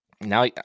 now